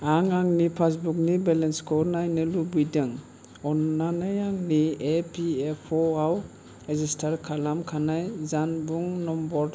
आं आंनि पासबुकनि बेलेन्सखौ नायनो लुबैदों अन्नानै आंनि ए पि एफ अ आव रिजिस्टार खालाम खानाय जानबुं नम्बर